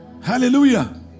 Hallelujah